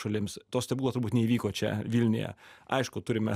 šalims to stebuklo turbūt neįvyko čia vilniuje aišku turime